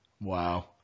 Wow